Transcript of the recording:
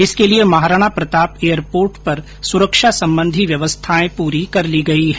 इसके लिए महाराणा प्रताप एयरपोर्ट पर सुरक्षा संबंधी व्यवस्थाए पूरी कर ली गई है